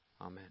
Amen